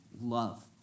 love